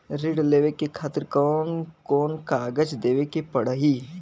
ऋण लेवे के खातिर कौन कोन कागज देवे के पढ़ही?